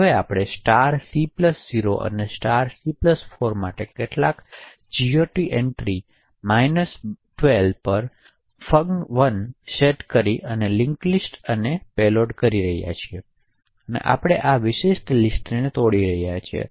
તેથી હવે આપણે સી 0 અને સી 4 માટે કેટલાક GOT એન્ટ્રી માઈનસ 12 પર ફન 1સેટ કરી લિંક્સ અને પેલોડ શરૂ કરી રહ્યાં છીએ તેથી આપણે હવે આ વિશિષ્ટ લિસ્ટને તોડી રહ્યા છીએ